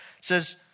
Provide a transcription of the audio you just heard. says